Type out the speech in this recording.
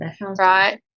right